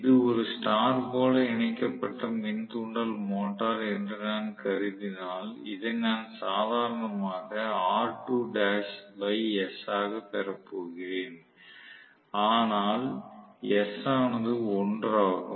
இது ஒரு ஸ்டார் போல இணைக்கப்பட்ட மின் தூண்டல் மோட்டார் என்று நான் கருதினால் இதை நான் சாதாரணமாக R2l s ஆகப் பெறப்போகிறேன் ஆனால் s ஆனது 1 ஆகும்